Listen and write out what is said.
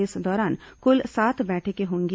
इस दौरान क्ल सात बैठकें होंगी